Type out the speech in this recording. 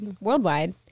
worldwide